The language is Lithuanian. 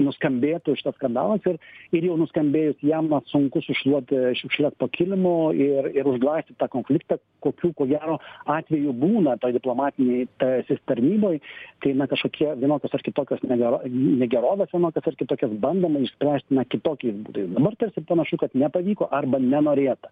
nuskambėtų šitas skandalas ir ir jau nuskambėjus jam vat sunku sušluoti šiukšles po kilimu ir ir užglaistyt tą konfliktą kokių ko gero atvejų būna toj diplomatinėj taisės tarnyboj kai na kažkokie vienokios ar kitokios negero negeroves vienokias ar kitokias bandoma išspręst na kitokiais būdais dabar tiesa panašu kad nepavyko arba nenorėta